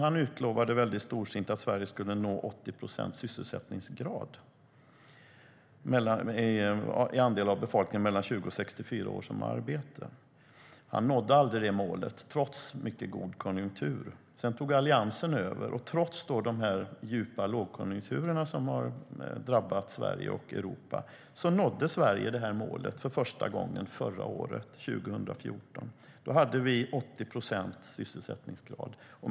Göran Persson utlovade mycket storsint att Sverige skulle nå en sysselsättningsgrad på 80 procent i andel av befolkningen mellan 20 och 64 år. Han nådde aldrig detta mål, trots en mycket god konjunktur. Sedan tog Alliansen över. Trots de djupa lågkonjunkturer som har drabbat Sverige och Europa nådde Sverige detta mål för första gången förra året, 2014, då vi hade en sysselsättningsgrad på 80 procent.